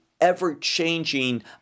ever-changing